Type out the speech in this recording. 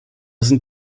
sind